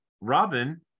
Robin